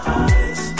eyes